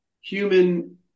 human